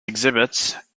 exhibits